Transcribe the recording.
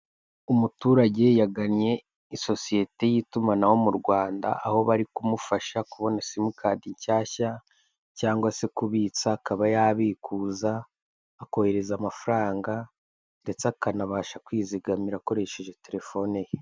Umuturage yagannye isosiyete y'itumanaho mu Rwanda, aho bari kumufasha kubona simukadi nshyashya cyangwa se kubitsa, akaba yabikuza, akohereza amafaranga ndetse akanabasha kwizigamira akoresheje telefone ye.